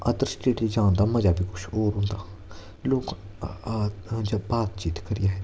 other स्टेटे च जान दा मजा कुछ होर होंदा लोक बातचीत करियै